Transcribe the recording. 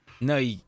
No